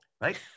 right